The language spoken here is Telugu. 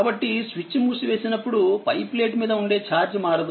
కాబట్టిస్విచ్ మూసివేసినప్పుడు పై ప్లేట్ మీద ఉండే ఛార్జ్ మారదు